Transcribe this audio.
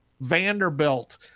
Vanderbilt